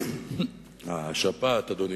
אדוני,